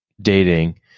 dating